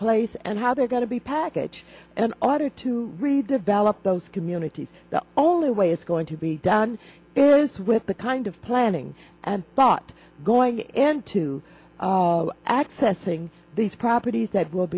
place and how they're going to be package an order to really develop those communities the only way it's going to be done is with the kind of planning and thought going into accessing these properties that will